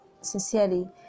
sincerely